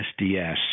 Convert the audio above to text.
SDS